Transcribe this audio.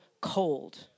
cold